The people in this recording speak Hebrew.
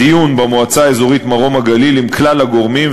דיון במועצה האזורית מרום-הגליל עם כלל הגורמים,